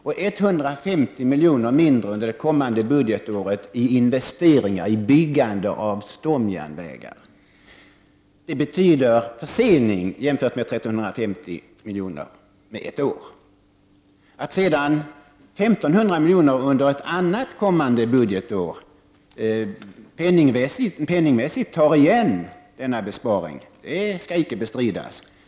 Och 150 miljoner mindre under det kommande budgetåret i investeringar och byggande av stomjärnvägar betyder en försening med ett år jämfört med 1.350 milj.kr. Att sedan 1 500 milj.kr. under ett annat kommande budgetår penningmässigt tar igen denna besparing skall icke bestridas.